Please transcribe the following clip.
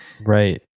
right